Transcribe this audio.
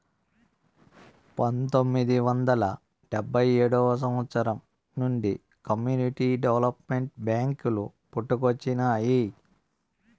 పంతొమ్మిది వందల డెబ్భై ఏడవ సంవచ్చరం నుండి కమ్యూనిటీ డెవలప్మెంట్ బ్యేంకులు పుట్టుకొచ్చినాయి